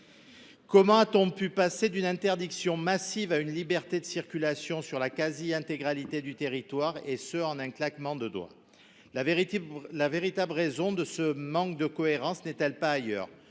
Comment a t on pu passer d’une interdiction massive à une liberté de circulation sur la quasi intégralité du territoire, en un claquement de doigts ? La véritable raison de ce manque de cohérence n’est elle pas ailleurs ?